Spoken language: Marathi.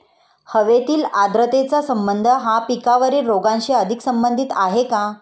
हवेतील आर्द्रतेचा संबंध हा पिकातील रोगांशी अधिक संबंधित आहे का?